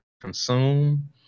consume